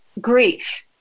grief